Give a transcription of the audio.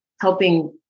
helping